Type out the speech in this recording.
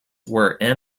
were